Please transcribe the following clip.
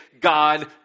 God